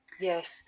yes